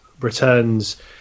returns